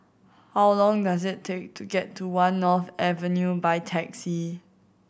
how long does it take to get to One North Avenue by taxi